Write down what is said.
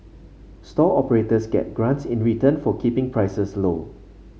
stall operators get grants in return for keeping prices low